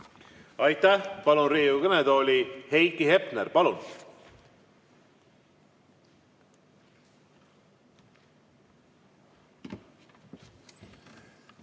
Aitäh! Palun Riigikogu kõnetooli Heiki Hepneri. Palun!